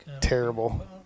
terrible